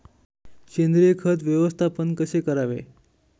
सेंद्रिय खत व्यवस्थापन कसे करावे?